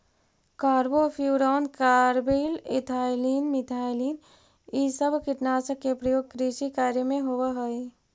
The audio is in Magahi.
कार्बोफ्यूरॉन, कार्बरिल, इथाइलीन, मिथाइलीन इ सब कीटनाशक के प्रयोग कृषि कार्य में होवऽ हई